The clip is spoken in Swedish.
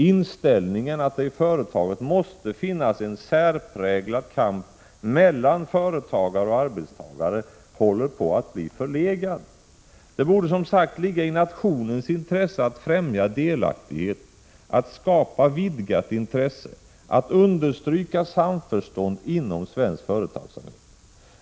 Inställningen att det i företaget måste finnas en särpräglad kamp mellan företagare och arbetstagare håller på att bli — Prot. 1986/87:135 förlegad. Det borde som sagt ligga i nationens intresse att främja delaktighet, 3 juni 1987 att skapa vidgat intresse, att understryka samförstånd inom svensk företagsamhet.